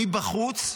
מבחוץ,